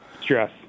Stress